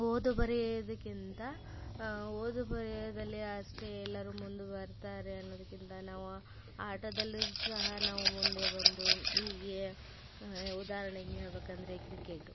ಓದು ಬರೆಯೋದಕ್ಕಿಂತ ಓದು ಬರೆಯೋದಲ್ಲಿ ಅಷ್ಟೇ ಎಲ್ಲರೂ ಮುಂದೆ ಬರ್ತಾರೆ ಅನ್ನುವುದಕ್ಕಿಂತ ನಾವು ಆಟದಲ್ಲೂ ಸಹ ನಾವು ಮುಂದೆ ಬಂದು ಹೀಗೆ ಉದಾಹರಣೆಗೆ ಹೇಳ್ಬೇಕಂದರೆ ಕ್ರಿಕೆಟ್